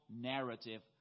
narrative